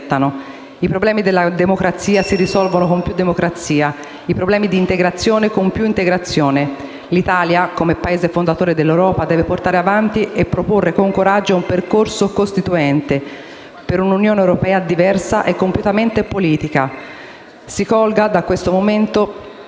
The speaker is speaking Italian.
I problemi della democrazia si risolvono con più democrazia. I problemi di integrazione con più integrazione. L'Italia, come Paese fondatore dell'Unione, deve portare avanti e proporre con coraggio un percorso costituente per un'Unione europea diversa e compiutamente politica. Si colga da questo momento